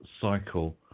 cycle